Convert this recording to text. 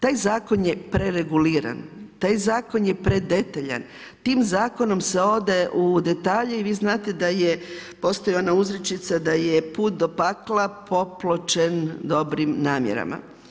Taj zakon je prereguliran, taj zakon je predetaljan, tim zakonom se ode u detalje i vi znate da je postoji ona uzrečica da je „put do pakla popločen dobrim namjerama“